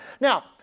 Now